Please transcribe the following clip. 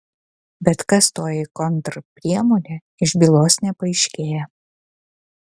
bet kas toji kontrpriemonė iš bylos nepaaiškėja